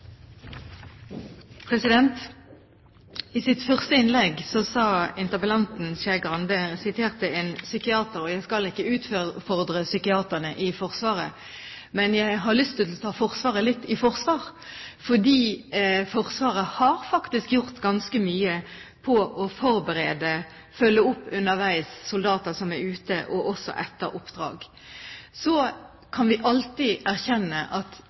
I sitt første innlegg siterte interpellanten Skei Grande en psykiater, og jeg skal ikke utfordre psykiaterne i Forsvaret, men jeg har lyst til å ta Forsvaret litt i forsvar. Forsvaret har faktisk gjort ganske mye for å forberede og følge opp soldater, underveis mens de er ute og også etter oppdrag. Vi kan alltid erkjenne at